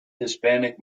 hispanic